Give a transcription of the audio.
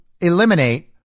eliminate